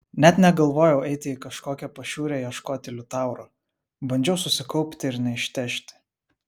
net negalvojau eiti į kažkokią pašiūrę ieškoti liutauro bandžiau susikaupti ir neištežti